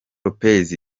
lopez